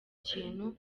kintu